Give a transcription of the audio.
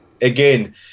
Again